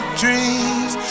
dreams